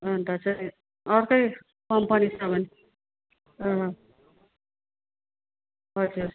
अन्त चाहिँ अर्कै कम्पनी छ भने अँ हजुर